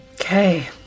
Okay